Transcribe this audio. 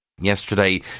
yesterday